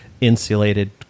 insulated